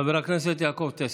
חבר הכנסת יעקב טסלר.